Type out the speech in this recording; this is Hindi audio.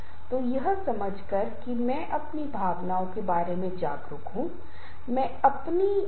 शब्द का चुनाव यह बहुत महत्वपूर्ण है क्योंकि शब्द बहुत शक्तिशाली हैं